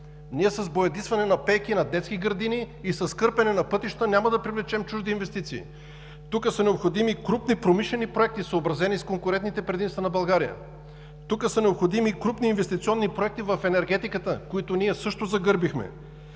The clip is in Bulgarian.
Ние с боядисване на пейки, на детски градини и с кърпене на пътища няма да привлечем чужди инвестиции. Тук са необходими крупни, промишлени проекти, съобразени с конкурентните предимства на България. Тук са необходими крупни инвестиционни проекти в енергетиката, които ние също загърбихме,